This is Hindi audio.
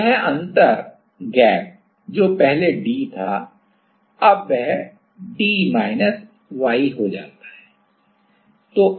तो यह गैप जो पहले d था अब वह d माइनस y हो जाता है